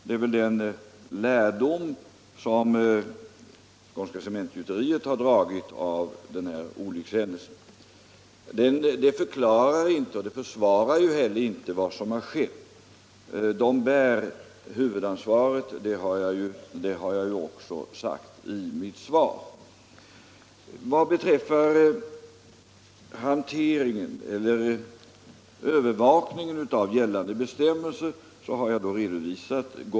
Det är den lärdom som Skånska Cementgjuteriet dragit av olyckshändelsen. Det förklarar inte och försvarar inte heller vad som har skewu. Företaget bär huvudansvaret, och det har jag också sagt i mitt svar. Jag har redovisat gången vid övervakningen av gällande bestämmelser.